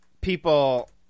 people